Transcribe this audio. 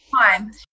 time